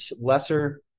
Lesser